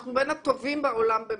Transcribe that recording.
אנחנו "בין הטובים בעולם"